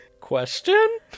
Question